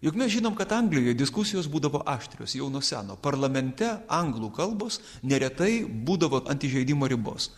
juk mes žinom kad anglijoj diskusijos būdavo aštrios jau nuo seno parlamente anglų kalbos neretai būdavo ant įžeidimo ribos